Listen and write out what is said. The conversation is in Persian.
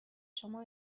شما